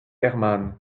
herman